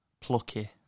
plucky